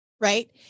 Right